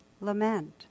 lament